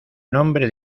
nombre